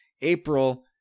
April